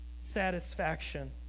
Satisfaction